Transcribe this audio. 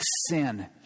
sin